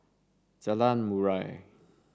Jalan Murai